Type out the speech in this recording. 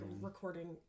recording